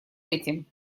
этим